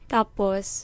Tapos